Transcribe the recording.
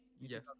Yes